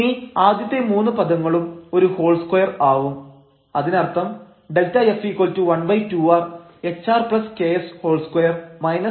Δf12r h2 r2 2hk rsk2 rt⋯ Δf12r h2 r2 2hk rsk2 s2 k2 s2k2 rt⋯ ഇനി ആദ്യത്തെ മൂന്ന് പദങ്ങളും ഒരു ഹോൾ സ്ക്വയർ ആവും